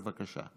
בבקשה.